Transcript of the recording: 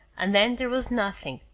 and then there was nothing,